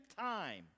time